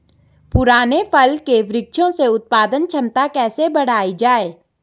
पुराने फल के वृक्षों से उत्पादन क्षमता कैसे बढ़ायी जाए?